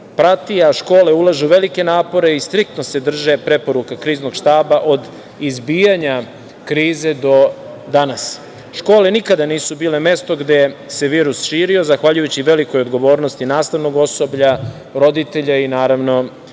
prati, a škole ulažu velike napore i striktno se drže preporuka Kriznog štaba od izbijanja krize do danas. Škole nikada nisu bile mesto gde se virus širio, zahvaljujući velikoj odgovornosti nastavnog osoblja, roditelja i naravno